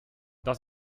das